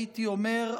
הייתי אומר,